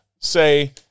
say